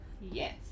Yes